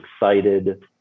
excited